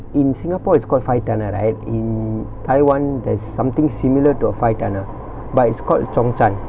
in singapore it's called five tonner right in taiwan there's something similar to a five tonner but it's called zhong zhan